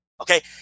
Okay